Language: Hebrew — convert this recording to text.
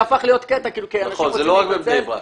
זה הפך להיות קטע --- נכון, זה לא רק בבני ברק.